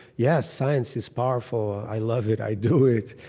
yes, science is powerful. i love it. i do it.